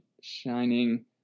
shining